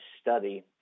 study